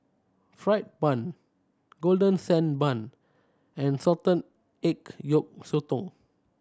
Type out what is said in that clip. fried bun Golden Sand Bun and salted egg yolk sotong